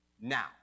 now